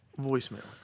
voicemail